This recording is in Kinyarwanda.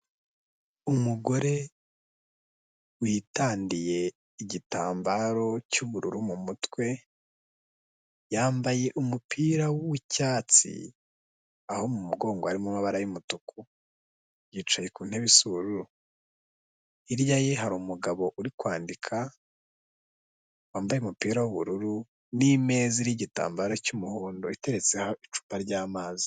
Umugore witadiye igitambaro cy'ubururu mu mutwe yambaye umupira w'icyatsi aho mu mugongo harimo amabara y'umutuku, yicaye ku ntebe isa ubururu. Hirya ye hari umugabo uri kwandika wambaye umupira w'ubururu n'imeza iriho igitambararo cy'umuhondo iteretseho icupa ry'amazi.